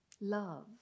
love